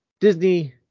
Disney